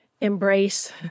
embrace